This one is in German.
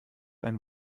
ein